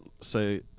say